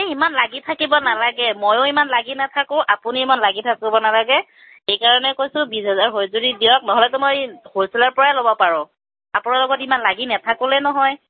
এই ইমান লাগি থাকিব নালাগে ময়ো ইমান লাগি নাথাকোঁ আপুনি ইমান লাগি থাকিব নালাগে সেইকাৰণে কৈছোঁ বিছ হাজাৰ হয় যদি দিয়ক নহ'লেতো মই হ'লচেলৰ পৰাই ল'ব পাৰোঁ আপোনাৰ লগত ইমান লাগি নাথাকোৱেই নহয়